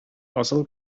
асыл